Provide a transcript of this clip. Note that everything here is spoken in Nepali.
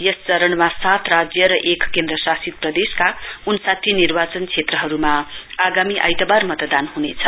यस चरणमा सात राज्य र एक केन्द्र शासित प्रदेशका उन्नस्ठी निर्वाचन क्षेत्रहरुमा आगामी आइतवार मतदान हनेछ